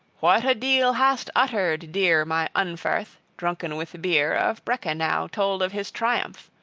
what a deal hast uttered, dear my unferth, drunken with beer, of breca now, told of his triumph!